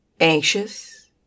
anxious